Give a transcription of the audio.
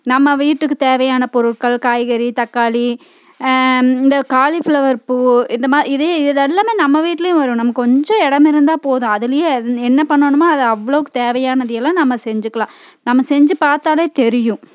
நம்ம வீட்டுக்கு தேவையான பொருட்கள் காய்கறி தக்காளி இந்த காலிஃப்ளவர் பூ இந்த மாதிரி இது இது எல்லாம் நம்ம வீட்டிலையும் வரும் நம்ம கொஞ்சம் இடம் இருந்தால் போதும் அதுலேயும் என்ன பண்ணணுமோ அது அவ்ளோக்கு தேவையானது எல்லாம் நம்ம செஞ்சிக்கலாம் நம்ம செஞ்சி பார்த்தாலே தெரியும்